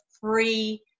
free